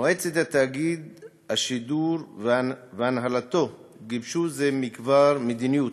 מועצת תאגיד השידור והנהלתו גיבשו זה מכבר מדיניות,